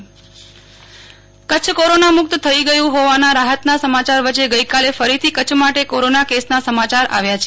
Nehal Thakkar Kutch corona case Kutch corona મુક્ત થઈ ગયુ હોવાના રાહતના સમાયાર વચ્ચે ગઈકાલે ફરીથી કચ્છ માટે કોરોના કેસના સમાચાર આવ્યા છે